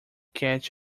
catch